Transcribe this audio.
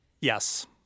Yes